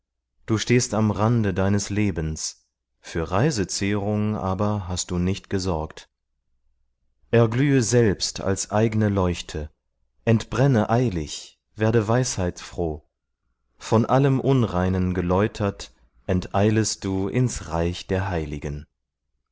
du stehst am rande deines lebens für reisezehrung aber hast du nicht gesorgt erglühe selbst als eigne leuchte entbrenne eilig werde weisheitfroh von allem unreinen geläutert enteilest du ins reich der heiligen